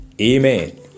Amen